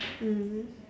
mm